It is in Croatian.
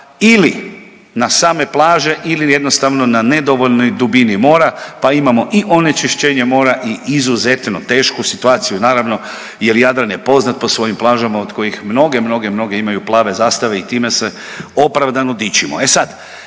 ili na same plaže ili jednostavno na nedovoljnoj dubini mora pa imamo i onečišćenje mora i izuzetno tešku situaciju. Naravno, jer Jadran je poznat po svojim plažama od kojih mnoge, mnoge, mnoge imaju plave zastave i time se opravdano dičimo.